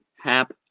Hap